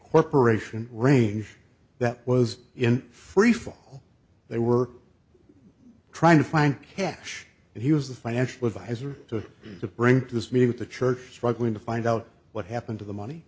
corporation range that was in freefall they were trying to find cash and he was the financial advisor to the brink this meeting with the church struggling to find out what happened to the money